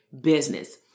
business